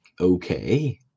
okay